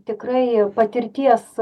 tikrai patirties